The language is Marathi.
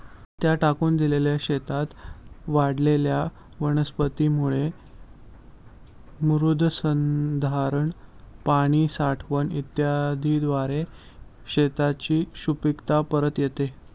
त्या टाकून दिलेल्या शेतात वाढलेल्या वनस्पतींमुळे मृदसंधारण, पाणी साठवण इत्यादीद्वारे शेताची सुपीकता परत येते